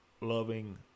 loving